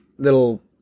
Little